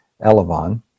Elevon